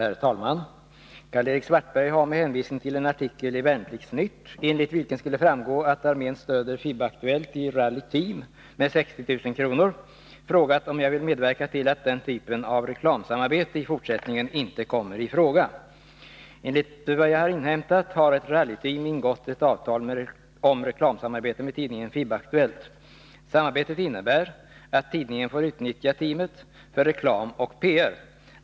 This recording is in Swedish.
Herr talman! Karl-Erik Svartberg har med hänvisning till en artikel i Värnplikts-Nytt, enligt vilken skulle framgå att armén stöder FIB-Aktuellt Rally Team med 60 000 kr., frågat om jag vill medverka till att den typen av reklamsamarbete i fortsättningen inte kommer i fråga. Enligt vad jag har inhämtat har ett rallyteam ingått ett avtal om reklamsamarbete med tidningen FIB-Aktuellt. Samarbetet innebär att tidningen får utnyttja teamet för reklam och PR.